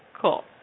Cool